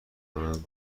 کنم